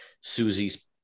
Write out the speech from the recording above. Susie's